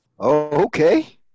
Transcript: Okay